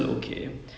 mm